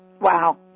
Wow